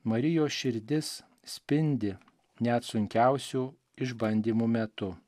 marijos širdis spindi net sunkiausių išbandymų metu